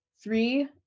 three